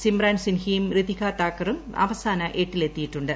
സിമ്രാൻ സിൻഹിയും ഋതിക താക്കറും അവസാന എട്ടിലെത്തിയിട്ടുണ്ട്